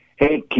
Hey